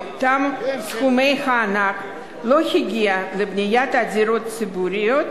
מאותם סכומי ענק לא הגיע לבניית הדירות הציבוריות